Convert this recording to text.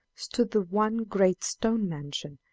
stood the one great stone mansion,